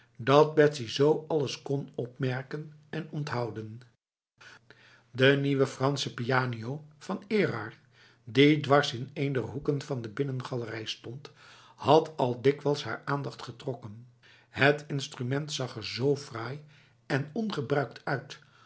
dat betsy zo alles kon opmerken en onthouden de nieuwe franse pianino van erard die dwars in een der hoeken van de binnengalerij stond had al dikwijl haar aandacht getrokken het instrument zag er zo fraai en ongebruikt uit